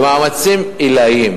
במאמצים עילאיים,